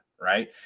Right